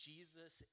Jesus